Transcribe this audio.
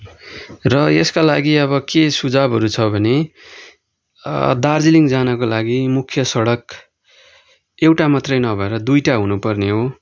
र यसका लागि अब के सुझाउहरू छ भने दार्जिलिङ जानको लागि मुख्य सडक एउटा मात्रै नभएर दुइटा हुनु पर्ने हो